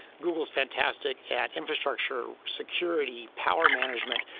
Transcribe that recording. google's fantastic at infrastructure, security, power management,